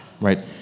right